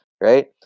right